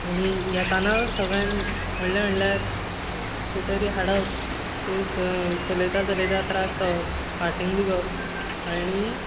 आनी येताना सगळ्यांत व्हडलें म्हणल्यार स्कुटरी हाडप ईज चलयता चलयता त्रास जावप फाटींत दुखप आनी